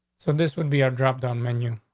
so this would be a drop down menu.